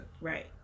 Right